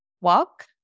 walk